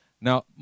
Now